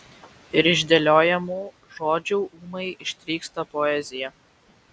ir iš dėliojamų žodžių ūmai ištrykšta poezija